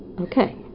Okay